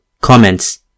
Comments